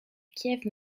kiev